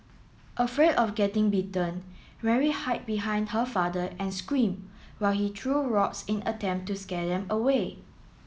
afraid of getting bitten Mary hide behind her father and screamed while he threw rocks in attempt to scare them away